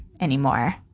anymore